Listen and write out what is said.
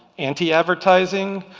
anti advertising